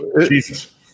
Jesus